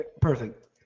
Perfect